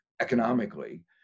economically